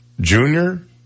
Junior